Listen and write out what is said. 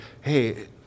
Hey